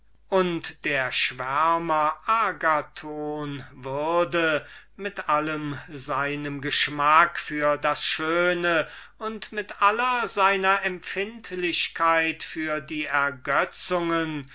und der schwärmer agathon würde mit allem seinem geschmack für das schöne und mit aller seiner empfindlichkeit für die ergötzungen